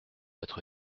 être